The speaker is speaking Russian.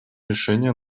решения